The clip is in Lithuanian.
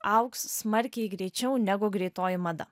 augs smarkiai greičiau negu greitoji mada